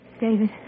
David